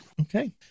Okay